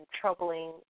troubling